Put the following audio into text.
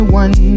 one